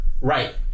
right